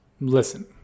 Listen